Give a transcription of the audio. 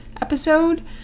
episode